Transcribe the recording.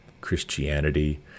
Christianity